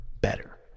better